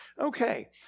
Okay